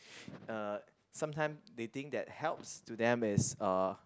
uh sometime they think that helps to them is uh